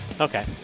Okay